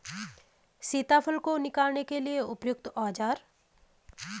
सीताफल को निकालने के लिए उपयुक्त औज़ार?